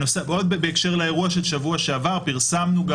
בהקשר לאירוע של שבוע שעבר פרסמנו גם